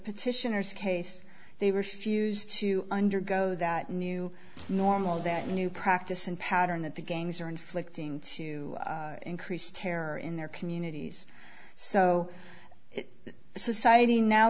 petitioners case they refused to undergo that new normal that new practice and pattern that the gangs are inflicting to increase terror in their communities so society now